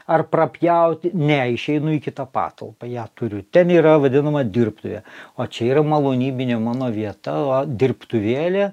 ar prapjauti ne išeinu į kitą patalpą ją turiu ten yra vadinama dirbtuvė o čia yra malonybinė mano vieta dirbtuvėlė